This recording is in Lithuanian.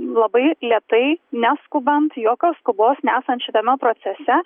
labai lėtai neskubant jokios skubos nesant šitame procese